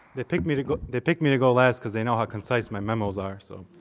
they've picked me to go they've picked me to go last, because they know how concise my memos are, so